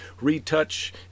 retouch